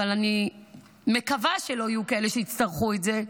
ואני מקווה שלא יהיו כאלה שיצטרכו את זה,